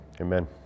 amen